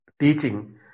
teaching